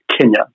Kenya